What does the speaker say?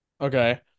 okay